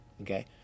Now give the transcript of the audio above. Okay